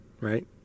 right